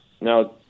Now